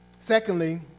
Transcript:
Secondly